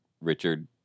Richard